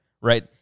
right